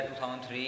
2003